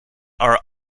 are